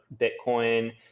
Bitcoin